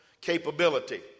capability